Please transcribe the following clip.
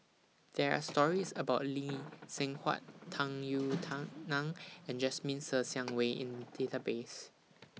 There Are stories about Lee Seng Huat Tung Yue Nang and Jasmine Ser Xiang Wei in The Database